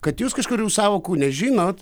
kad jūs kažkurių sąvokų nežinot